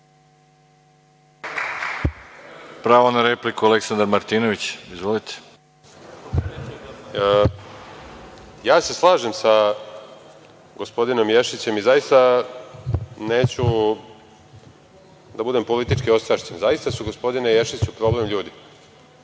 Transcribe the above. pravo na repliku. **Aleksandar Martinović** Ja se slažem sa gospodinom Ješićem i zaista neću da budem politički ostrašćen, zaista su gospodine Ješiću problem ljudi,